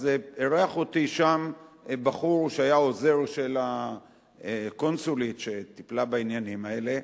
אז אירח אותי שם בחור שהיה עוזר של הקונסולית שטיפלה בעניינים האלה,